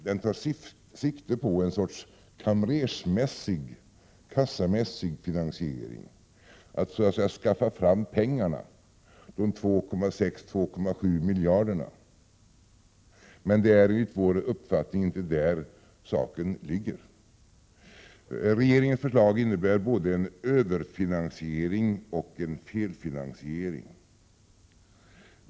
Den tar.sikte på en sorts kamrersmässig, kassamässig finansiering, att så att säga skaffa fram pengarna, men det är enligt vår uppfattning inte där saken ligger. Regeringens förslag innebär både en överfinansiering och en felfinansiering.